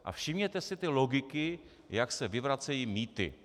A všimněte si té logiky, jak se vyvracejí mýty.